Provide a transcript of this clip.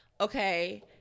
okay